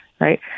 right